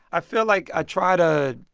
i feel like i try to.